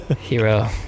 Hero